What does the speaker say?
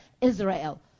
Israel